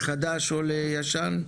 לחדש או לישן?